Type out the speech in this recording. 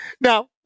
Now